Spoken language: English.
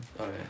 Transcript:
Okay